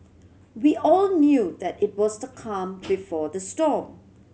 we all knew that it was the calm before the storm